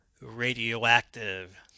radioactive